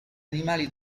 animali